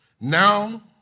Now